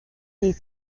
est